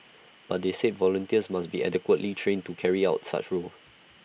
but they said volunteers must be adequately trained to carry out such A role